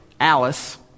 Alice